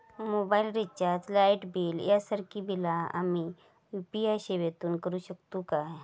Mobile recharge, light bill यांसारखी बिला आम्ही यू.पी.आय सेवेतून करू शकतू काय?